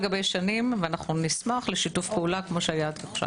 גבי שנים ונשמח לשיתוף פעולה כפי שהיה עד כה.